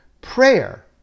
prayer